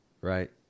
right